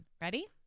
Ready